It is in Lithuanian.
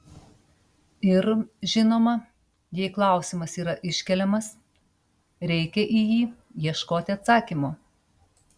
ir žinoma jei klausimas yra iškeliamas reikia į jį ieškoti atsakymo